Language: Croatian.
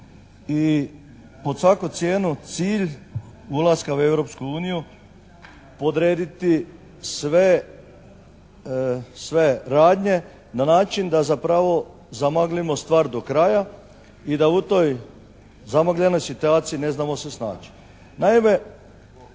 i pod svaku cijenu cilj ulaska u Europsku uniju podrediti sve radnje na način da zapravo zamaglimo stvar do kraja i da u toj zamagljenoj situaciji ne znamo se snaći.